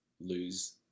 lose